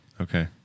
Okay